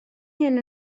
hyn